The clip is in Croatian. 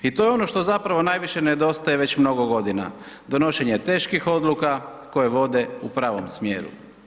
I to je ono što zapravo nedostaje već mnogo godina, donošenje teških odluka koje vode u pravom smjeru.